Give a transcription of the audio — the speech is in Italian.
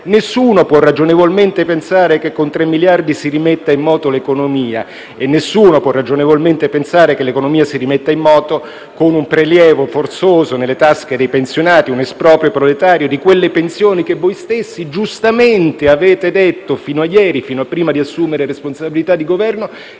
nessuno può ragionevolmente pensare che con 3 miliardi si rimetta in moto l'economia e nessuno può ragionevolmente pensare che l'economia si rimetta in moto con un prelievo forzoso nelle tasche dei pensionati, un esproprio proletario di quelle pensioni che voi stessi giustamente avete detto - fino a ieri e fino a prima di assumere responsabilità di Governo